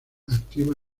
activa